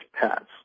pets